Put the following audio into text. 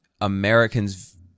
americans